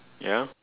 ya